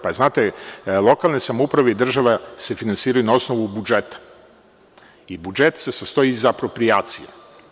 Pa, znate, lokalne samouprave i država se finansiraju na osnovu budžeta i budžet se sastoji iz aproprijacija.